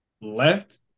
left